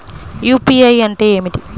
UPI అంటే ఏమిటి?